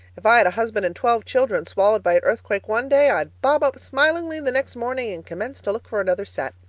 if i had a husband and twelve children swallowed by an earthquake one day, i'd bob up smilingly the next morning and commence to look for another set.